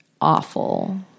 awful